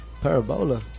Parabola